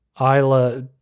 Isla